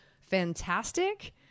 fantastic